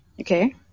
Okay